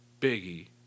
Biggie